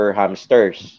hamsters